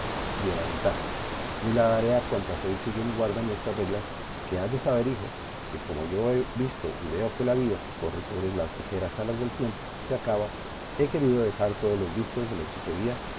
dos diera ventaja ni la daré a cuantas hoy siguen y guardan nuestras reglas que has de saber hijo que como yo he visto y veo que la vida que corre sobre las ligeras alas del tiempo se acaba he querido dejar todos los vicios de la hechicería